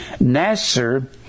Nasser